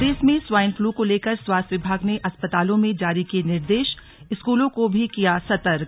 प्रदेश में swine flu को लेकर स्वास्थ्य विभाग ने अस्पतालों में जारी किये निर्देशस्कूलों को भी किया सतर्क